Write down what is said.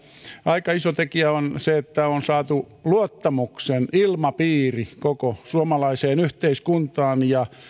aika iso tekijä on se että on saatu luottamuksen ilmapiiri koko suomalaiseen yhteiskuntaan